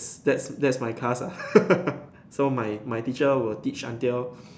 that's that's my class ah so my my teacher will teach until